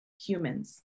humans